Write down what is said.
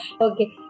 Okay